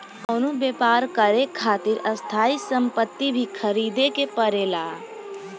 कवनो व्यापर करे खातिर स्थायी सम्पति भी ख़रीदे के पड़ेला